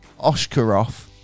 Oshkarov